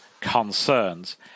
concerns